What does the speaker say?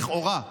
לכאורה,